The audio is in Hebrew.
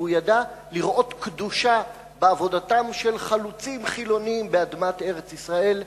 והוא ידע לראות קדושה בעבודתם של חלוצים חילונים באדמת ארץ-ישראל.